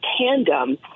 tandem